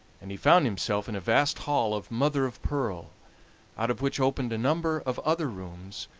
and he found himself in a vast hall of mother-of-pearl, out of which opened a number of other rooms,